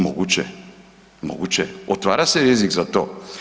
Moguće, moguće, otvara se rizik za to.